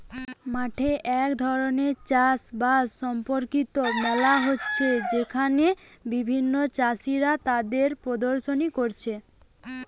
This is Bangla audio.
মাঠে এক ধরণের চাষ বাস সম্পর্কিত মেলা হচ্ছে যেখানে বিভিন্ন চাষীরা তাদের প্রদর্শনী কোরছে